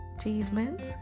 achievements